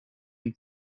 une